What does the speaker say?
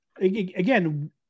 again